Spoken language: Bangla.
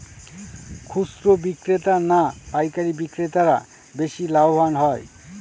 খুচরো বিক্রেতা না পাইকারী বিক্রেতারা বেশি লাভবান হয়?